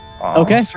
Okay